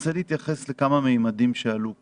רוצה להתייחס לכמה ממדים שעלו פה.